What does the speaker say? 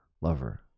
Lover